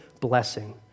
blessing